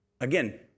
Again